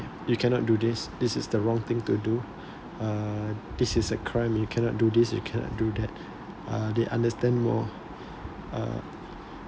you cannot do this this is the wrong thing to do uh this is a crime you cannot do this you cannot do that uh they understand more uh